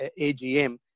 AGM